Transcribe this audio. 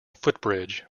footbridge